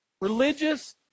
Religious